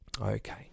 Okay